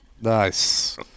nice